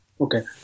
Okay